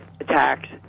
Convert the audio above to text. attacks